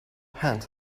hunt